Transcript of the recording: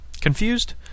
Confused